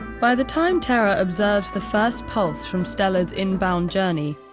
by the time terra observes the first pulse from stella's inbound journey,